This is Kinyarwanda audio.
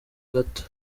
gato